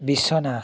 বিছনা